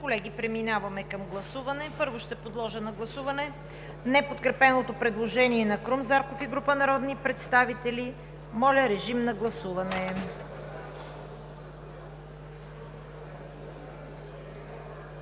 Колеги, преминаваме към гласуване. Първо ще подложа на гласуване неподкрепеното предложение на Крум Зарков и група народни представители. Гласували